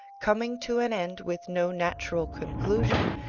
coming to an end with no natural conclusion,